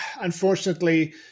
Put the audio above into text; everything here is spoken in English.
Unfortunately